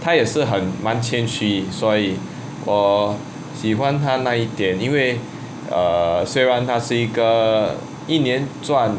他也是很满谦虚所以我喜欢他那一点因为 err 虽然他是一个一年赚